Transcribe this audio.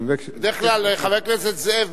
בדרך כלל חבר הכנסת זאב,